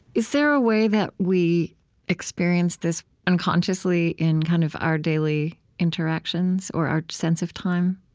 is there a way that we experience this unconsciously in kind of our daily interactions or our sense of time?